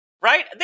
right